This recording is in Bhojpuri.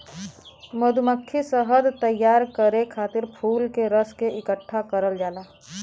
मधुमक्खी शहद तैयार करे खातिर फूल के रस के इकठ्ठा करल जाला